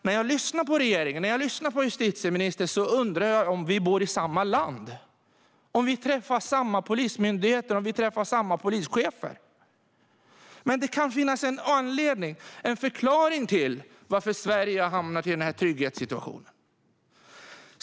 När jag lyssnar på regeringen och justitieministern undrar jag om vi bor i samma land. Träffar vi samma polismyndigheter, och träffar vi samma polischefer? Men det kan finnas en anledning och en förklaring till att Sverige har hamnat i denna situation när det gäller tryggheten.